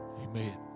Amen